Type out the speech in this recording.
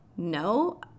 no